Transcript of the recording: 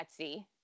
Etsy